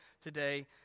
today